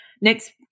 Next